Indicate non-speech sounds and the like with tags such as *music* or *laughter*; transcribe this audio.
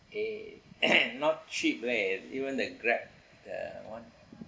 eh and *noise* not cheap leh even the Grab the one